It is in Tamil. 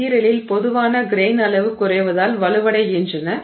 மெட்டிரியலில் பொதுவாக கிரெய்ன் அளவு குறைவதால் வலுவடைகின்றன